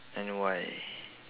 and why